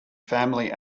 family